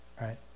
right